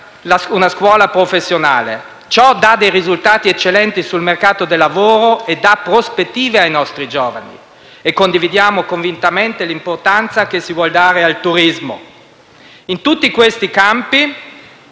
una scuola professionale; ciò dà dei risultati eccellenti sul mercato del lavoro e dà prospettive ai nostri giovani. E condividiamo convintamente l'importanza che si vuol dare al turismo. In tutti questi campi